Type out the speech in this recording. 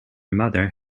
mother